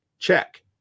check